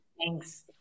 Thanks